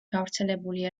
გავრცელებული